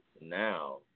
now